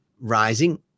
rising